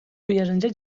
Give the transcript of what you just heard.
uyarınca